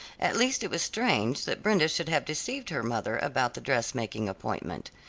at least it was strange that brenda should have deceived her mother about the dressmaking appointment.